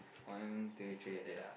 one two three okay